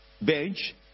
bench